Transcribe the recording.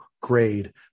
grade